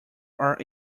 are